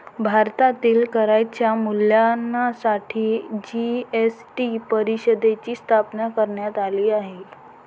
भारतातील करांच्या मूल्यांकनासाठी जी.एस.टी परिषदेची स्थापना करण्यात आली आहे